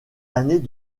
années